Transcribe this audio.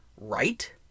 right